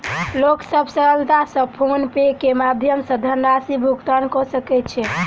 लोक सभ सरलता सॅ फ़ोन पे के माध्यम सॅ धनराशि भुगतान कय सकै छै